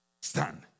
Stand